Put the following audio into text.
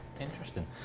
Interesting